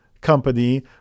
Company